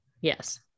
Yes